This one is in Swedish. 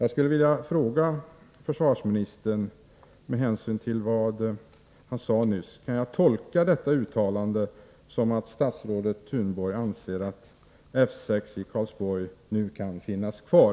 Med hänsyn till vad försvarsministern nyss sade skulle jag vilja fråga försvarsministern om jag kan tolka detta uttalande som att statsrådet Thunborg anser att F6 i Karlsborg nu kan finnas kvar.